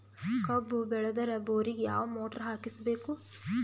ಕಬ್ಬು ಬೇಳದರ್ ಬೋರಿಗ ಯಾವ ಮೋಟ್ರ ಹಾಕಿಸಬೇಕು?